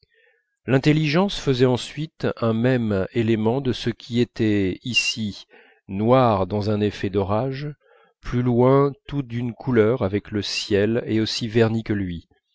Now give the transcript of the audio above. l'intelligence faisait ensuite un même élément de ce qui était ici noir dans un effet d'orage plus loin tout d'une couleur avec le ciel et aussi verni que lui